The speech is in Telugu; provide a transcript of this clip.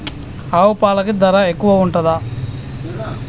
ఆవు పాలకి ధర ఎక్కువే ఉంటదా?